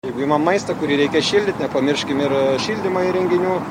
jeigu imam maistą kurį reikia šildyti nepamirškim ir šildymo įrenginių